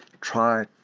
try